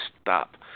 stop